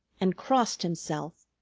and crossed himself,